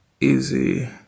easy